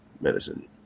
medicine